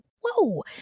Whoa